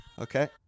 Okay